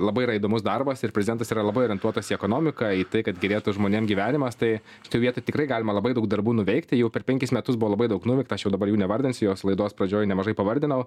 labai yra įdomus darbas ir prezidentas yra labai orientuotas į ekonomiką į tai kad gerėtų žmonėm gyvenimas tai šitoj vietoj tikrai galima labai daug darbų nuveikti jau per penkis metus buvo labai daug nuveikta aš jau dabar jų nevardinsiu jos laidos pradžioj nemažai pavardinau